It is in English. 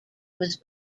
was